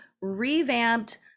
revamped